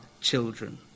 children